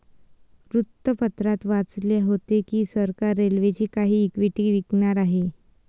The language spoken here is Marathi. वृत्तपत्रात वाचले होते की सरकार रेल्वेची काही इक्विटी विकणार आहे